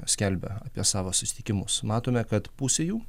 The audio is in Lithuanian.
skelbia apie savo susitikimus matome kad pusė jų